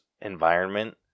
environment